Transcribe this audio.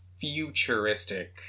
futuristic